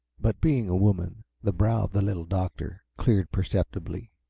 but, being a woman, the brow of the little doctor cleared perceptibly.